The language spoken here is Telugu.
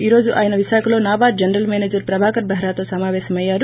ఈ రోజు ఆయన విశాఖలో నాబార్గ్ జనరల్ మేనేజర్ ప్రభాకర్ బెహరాతో సమావేశం అయ్యారు